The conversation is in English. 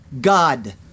God